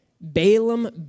Balaam